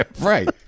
Right